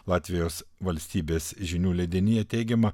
latvijos valstybės žinių leidinyje teigiama